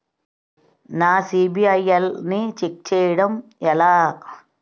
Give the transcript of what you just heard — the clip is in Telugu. నా సిబిఐఎల్ ని ఛెక్ చేయడం ఎలా?